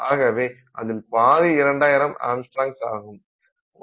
ஆகவே அதில் பாதி 2000 ஆங்ஸ்ட்ராம்ஸ் ஆகும்